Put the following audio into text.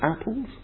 apples